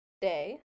day